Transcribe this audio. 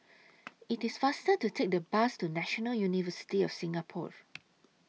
IT IS faster to Take The Bus to National University of Singapore